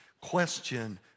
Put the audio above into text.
question